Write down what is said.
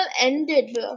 ended